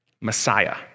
Messiah